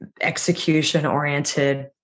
execution-oriented